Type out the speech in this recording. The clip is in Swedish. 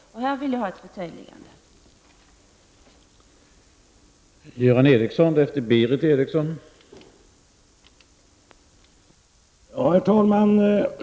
Jag vill ha ett förtydligande på denna punkt.